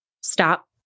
stop